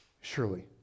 Surely